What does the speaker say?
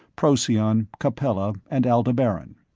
procyon, capella and aldebaran.